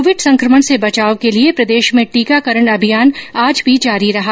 Covid संक्रमण से बचाव के लिए प्रदेश में टीकाकरण अभियान आज भी जारी रहा